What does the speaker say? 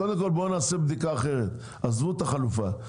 קודם נעשה בדיקה אחרת, עזבו את החלופה.